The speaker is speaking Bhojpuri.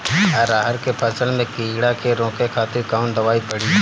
अरहर के फसल में कीड़ा के रोके खातिर कौन दवाई पड़ी?